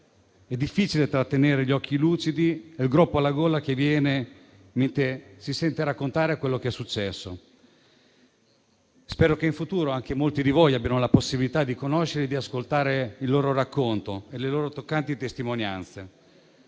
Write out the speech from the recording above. è difficile trattenere gli occhi lucidi e viene un groppo alla gola mentre si sente raccontare quello che è successo. Spero che in futuro molti di voi abbiano la possibilità di conoscere e di ascoltare il loro racconto e le loro toccanti testimonianze.